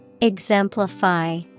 Exemplify